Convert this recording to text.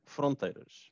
Fronteiras